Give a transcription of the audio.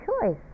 choice